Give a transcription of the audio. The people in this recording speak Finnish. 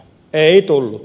ei tullut